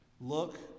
look